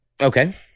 Okay